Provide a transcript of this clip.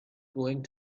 going